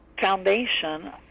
foundation